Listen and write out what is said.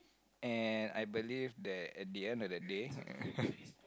and I believe that at the end of the day